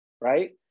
right